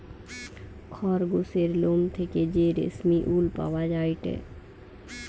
খরগোসের লোম থেকে যে রেশমি উল পাওয়া যায়টে